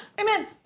Amen